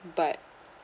but